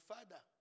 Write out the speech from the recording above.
Father